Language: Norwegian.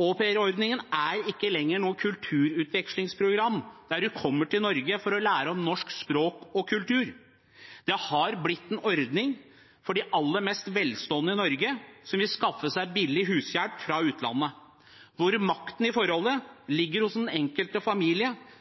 Aupairordningen er ikke lenger noe kulturutvekslingsprogram der man kommer til Norge for å lære om norsk språk og kultur. Det har blitt en ordning for de aller mest velstående i Norge som vil skaffe seg billig hushjelp fra utlandet, hvor makten i